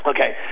Okay